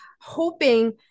hoping